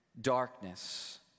darkness